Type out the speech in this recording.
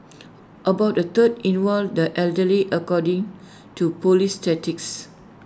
about A third involved the elderly according to Police